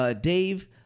Dave –